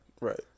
Right